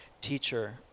teacher